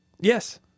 Yes